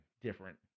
Different